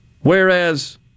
Whereas